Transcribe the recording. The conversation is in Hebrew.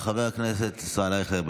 חבר הכנסת ישראל אייכלר,